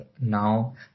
now